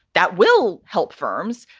that will help firms.